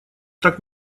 так